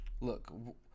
Look